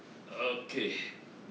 okay